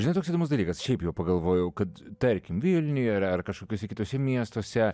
žinai toks įdomus dalykas šiaip jau pagalvojau kad tarkim vilniuje ar ar kažkokiuose kituose miestuose